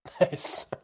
Nice